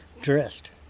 dressed